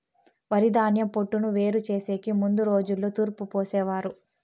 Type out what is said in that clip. వరిధాన్యం పొట్టును వేరు చేసెకి ముందు రోజుల్లో తూర్పు పోసేవారు